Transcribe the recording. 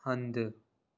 हंधु